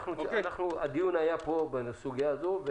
היה פה הדיון בסוגיה הזו,